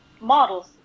models